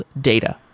data